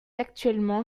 actuellement